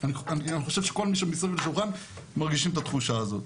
אני חושב שכל מי שמסביב לשולחן מרגישים את התחושה הזאת.